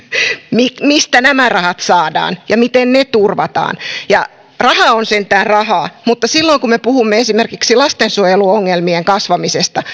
mistä mistä nämä rahat saadaan ja miten ne turvataan raha on sentään rahaa mutta kun me puhumme esimerkiksi lastensuojeluongelmien kasvamisesta